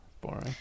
boring